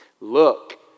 Look